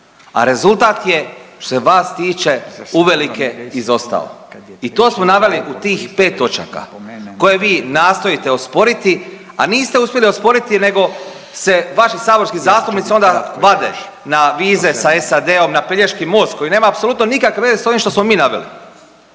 a rezultat je, što se vas tiče uvelike izostao i to smo naveli u tih 5 točaka koje vi nastojite osporiti, a niste uspjeli osporiti nego se vaši saborski zastupnici onda vade na vize, sa SAD-om, na Pelješki most koji nema apsolutno nekakve veze s ovim što smo mi naveli.